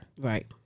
Right